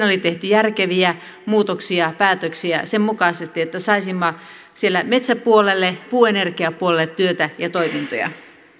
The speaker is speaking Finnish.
oli tehty järkeviä muutoksia päätöksiä sen mukaisesti että saisimme siellä metsäpuolelle puuenergiapuolelle työtä ja toimintoja